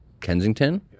Kensington